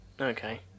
Okay